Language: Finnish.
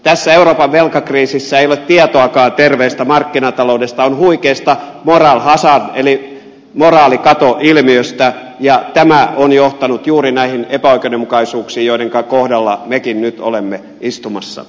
tässä euroopan velkakriisissä ei ole tietoakaan terveestä markkinataloudesta vaan huikeasta moral hazard eli moraalikatoilmiöstä ja tämä on johtanut juuri näihin epäoikeudenmukaisuuksiin joidenka kohdalla mekin nyt olemme istumassa